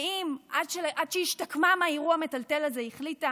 ואם עד שהיא השתקמה מהאירוע המטלטל הזה היא החליטה